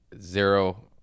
zero